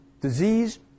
disease